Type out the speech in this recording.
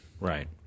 Right